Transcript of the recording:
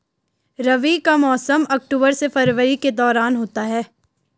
रबी का मौसम अक्टूबर से फरवरी के दौरान होता है